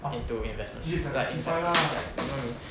into investment like in some saving plan you know what I mean